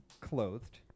clothed